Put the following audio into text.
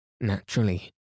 naturally